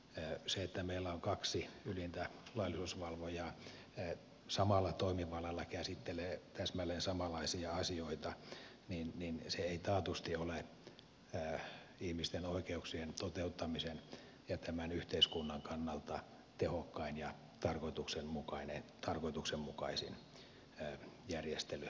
se että meillä kaksi ylintä laillisuusvalvojaa samalla toimivallalla käsittelee täsmälleen samanlaisia asioita ei taatusti ole ihmisten oikeuksien toteuttamisen ja tämän yhteiskunnan kannalta tehokkain ja tarkoituksenmukaisin järjestely